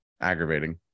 aggravating